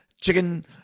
Chicken